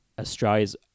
Australia's